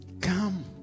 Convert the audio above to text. Come